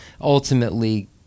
ultimately